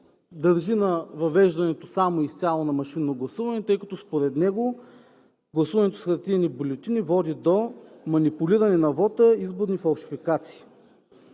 държи на въвеждането само и изцяло на машинно гласуване, тъй като според него гласуването с хартиени бюлетини води до манипулиране на вота и изборни фалшификации.